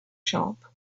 shop